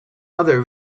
other